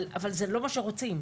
אבל זה לא מה שאנחנו רוצים.